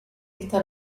esta